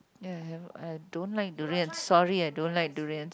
ya I I don't like durians sorry I don't like durians